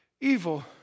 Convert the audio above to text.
evil